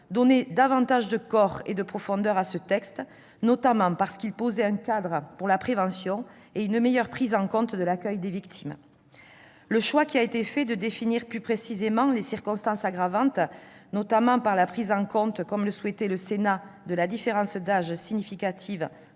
sens, davantage de corps et de profondeur au présent texte, notamment parce que le rapport posait un cadre pour la prévention et une meilleure prise en compte de l'accueil des victimes. Le choix qui a été fait de définir plus précisément les circonstances aggravantes, notamment par la prise en considération, comme le souhaitait le Sénat, de la différence d'âge significative